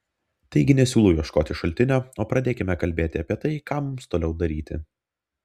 taigi nesiūlau ieškoti šaltinio o pradėkime kalbėti apie tai ką mums toliau daryti